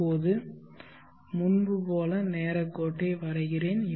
இப்போது முன்பு போல நேரக் கோட்டை வரைகிறேன்